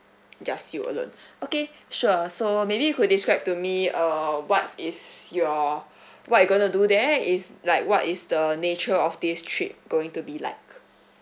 just you alone okay sure so maybe you could describe to me uh what is your what you gonna do there it's like what is the nature of this trip going to be like